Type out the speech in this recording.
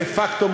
דה פקטו,